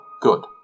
Good